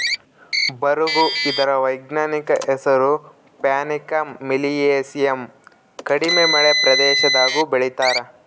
ಬರುಗು ಇದರ ವೈಜ್ಞಾನಿಕ ಹೆಸರು ಪ್ಯಾನಿಕಮ್ ಮಿಲಿಯೇಸಿಯಮ್ ಕಡಿಮೆ ಮಳೆ ಪ್ರದೇಶದಾಗೂ ಬೆಳೀತಾರ